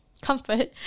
comfort